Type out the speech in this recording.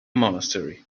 monastery